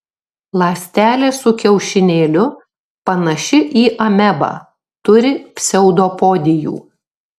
ląstelė su kiaušinėliu panaši į amebą turi pseudopodijų